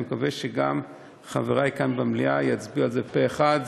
ואני מקווה שגם חברי כאן במליאה יצביעו עליה פה-אחד.